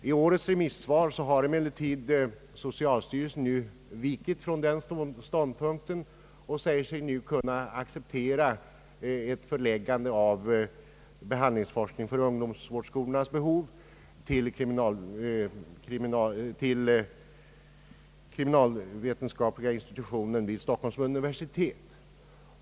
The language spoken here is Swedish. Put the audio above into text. I årets remissvar har emellertid socialstyrelsen vikit från den tidigare intagna ståndpunkten och säger sig nu kunna acceptera ett förläggande av behandlingsforskning för ungdomsvårdsskolornas behov till kriminalvetenskapliga institutet vid Stockholms universitet.